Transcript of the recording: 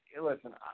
listen